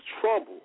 trouble